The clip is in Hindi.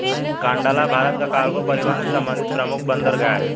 कांडला भारत का कार्गो परिवहन से संबंधित प्रमुख बंदरगाह है